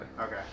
okay